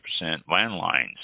landlines